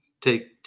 Take